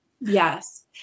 Yes